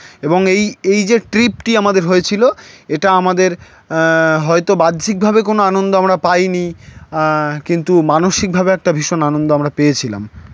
এবং এই এই যে ট্রিপটি আমাদের হয়েছিলো এটা আমাদের হয়তো বাহ্যিকভাবে কোনো আনন্দ আমরা পাই নি কিন্তু মানসিকভাবে একটা ভীষণ আনন্দ আমরা পেয়েছিলাম